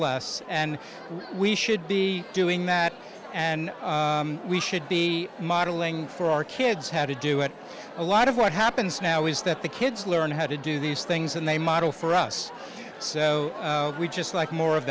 less and we should be doing that and we should be modeling for our kids how to do it a lot of what happens now is that the kids learn how to do these things and they model for us so we just like more of